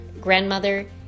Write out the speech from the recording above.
grandmother